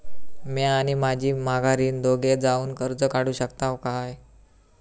म्या आणि माझी माघारीन दोघे जावून कर्ज काढू शकताव काय?